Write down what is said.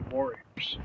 Warriors